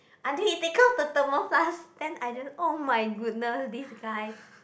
auntie take out the thermos flask then I just oh my goodness this guy